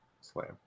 Slam